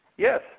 Yes